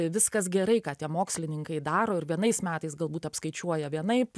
viskas gerai ką tie mokslininkai daro ir vienais metais galbūt apskaičiuoja vienaip